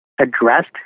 addressed